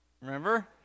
Remember